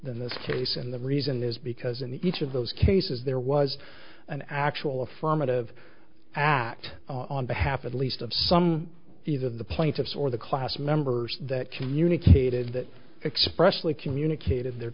than this case and the reason is because in each of those cases there was an actual affirmative act on behalf at least of some even the plaintiffs or the class members that communicated that expressly communicated their